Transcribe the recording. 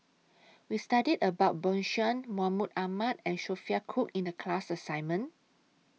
We studied about Bjorn Shen Mahmud Ahmad and Sophia Cooke in The class assignment